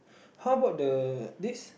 how about the this